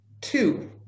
Two